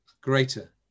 greater